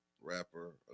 rapper